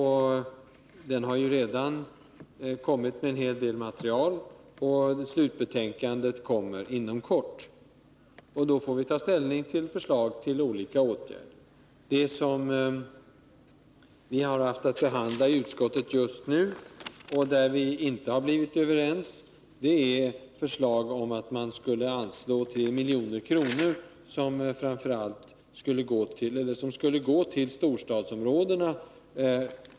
Den har redan kommit med en hel del material, och slutbetänkandet väntas inom kort. Då får vi ta ställning till förslag till olika åtgärder. När det gäller det som utskottet nu har haft att behandla har vi inte kunnat bli överens om socialdemokraternas förslag att man skall anslå 3 milj.kr. till sociala projekt i storstadsområdena.